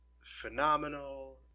phenomenal